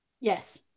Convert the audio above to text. Yes